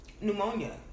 pneumonia